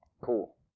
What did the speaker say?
Cool